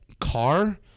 car